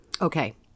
Okay